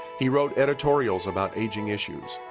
he wrote editorials about aging issues,